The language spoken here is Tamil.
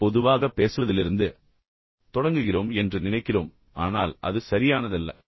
நாம் பொதுவாக பேசுவதிலிருந்து தொடங்குகிறோம் என்று நினைக்கிறோம் ஆனால் அது சரியானதல்ல